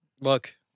Look